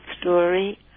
story